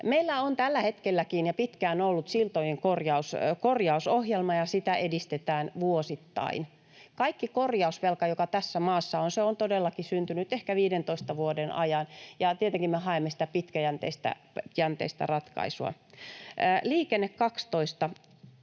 Meillä on tällä hetkelläkin, ja pitkään ollut, siltojen korjausohjelma, ja sitä edistetään vuosittain. Kaikki korjausvelka, joka tässä maassa on, on todellakin syntynyt ehkä 15 vuoden ajan, ja tietenkin me haemme pitkäjänteistä ratkaisua. Liikenne 12